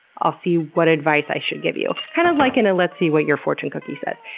i'll see what advice i should give you. kind of like in a let's see what your fortune cookie says.